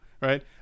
right